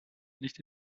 nicht